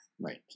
Right